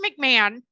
McMahon